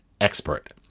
expert